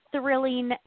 thrilling